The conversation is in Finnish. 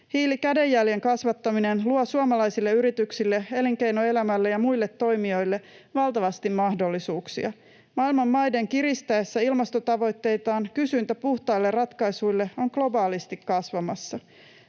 Hiilikädenjäljen kasvattaminen luo suomalaisille yrityksille, elinkeinoelämälle ja muille toimijoille valtavasti mahdollisuuksia. Maailman maiden kiristäessä ilmastotavoitteitaan kysyntä puhtaille ratkaisuille on globaalisti kasvamassa.